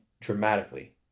dramatically